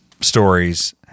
stories